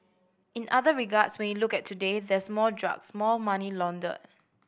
in other regards when you look at today there's more drugs more money laundered